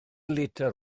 litr